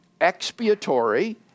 expiatory